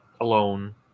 alone